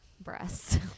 breasts